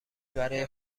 برای